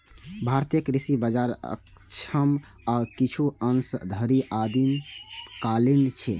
भारतीय कृषि बाजार अक्षम आ किछु अंश धरि आदिम कालीन छै